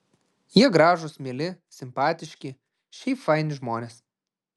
jie gražūs mieli simpatiški šiaip faini žmonės